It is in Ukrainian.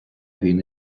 він